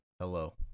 Hello